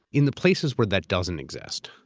in the places where that doesn't exist,